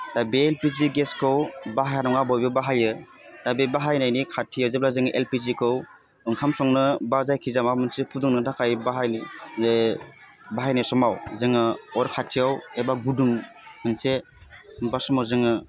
दा बे एलपिजि गेसखौ बाहाया नङा बयबो बाहायो दा बे बाहायनायनि खाथिया जेब्ला जों एलपिजिखौ ओंखाम संनो बा जायखि जाया माबा मोनसे फुदुंनो थाखाय बाहायनो बाहायनाय समाव जोङो अर खाथियाव एबा गुदुं मोनसे बबेबा समाव जोङो